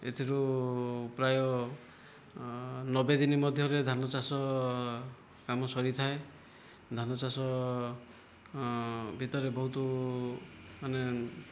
ଏଥିରୁ ପ୍ରାୟ ନବେ ଦିନ ମଧ୍ୟରେ ଧାନ ଚାଷ କାମ ସରିଥାଏ ଧାନ ଚାଷ ଭିତରେ ବହୁତ ମାନେ